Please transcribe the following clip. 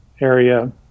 area